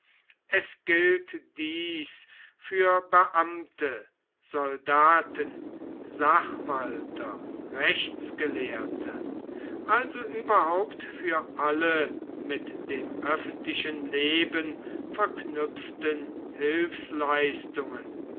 es gilt dies für beamte soldaten sachwalter rechtsgelehrte also überhaupt für alle mit dem öffentlichen leben verknüpften hilfsleistungen